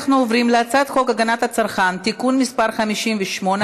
אנחנו עוברים להצעת חוק הגנת הצרכן (תיקון מס' 58),